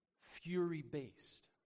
fury-based